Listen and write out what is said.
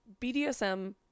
bdsm